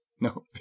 No